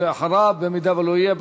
ואם לא יהיה,